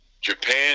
Japan